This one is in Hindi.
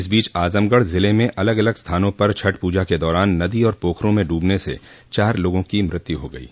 इस बीच आजमगढ़ जिले में अलग अलग स्थानों पर छठ पूजा के दौरान नदी और पोखरों में डूबने से चार लोगों की मौत हो गयी